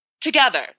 together